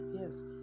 Yes